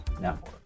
Network